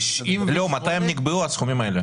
מתי נקבעו הסכומים האלה?